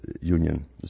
union